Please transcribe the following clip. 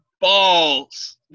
balls